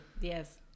Yes